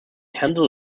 handle